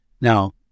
Now